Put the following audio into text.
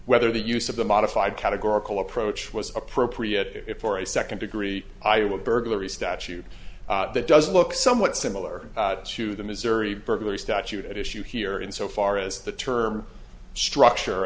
whether the use of the modified categorical approach was appropriate for a second degree i would burglary statute that doesn't look somewhat similar to the missouri burglary statute at issue here and so far as the term structure